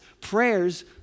prayers